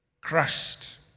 Crushed